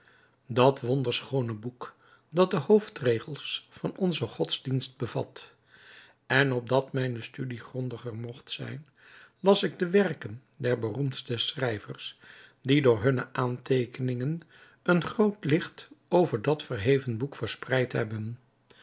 dat wonderschoone boek dat de hoofdregels van onze godsdienst bevat en opdat mijne studie grondiger mogt zijn las ik de werken der beroemdste schrijvers die door hunne aanteekeningen een groot licht over dat verheven boek verspreid hebben